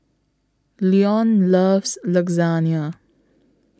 Leon loves Lasagna